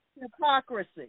hypocrisy